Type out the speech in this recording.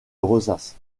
rosace